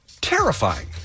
terrifying